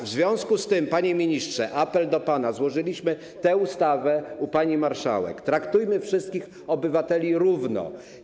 W związku z tym, panie ministrze, apel do pana - złożyliśmy tę ustawę u pani marszałek - traktujmy wszystkich obywateli równo.